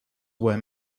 were